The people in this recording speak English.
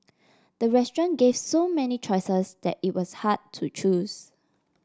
the restaurant gave so many choices that it was hard to choose